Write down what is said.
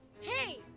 Hey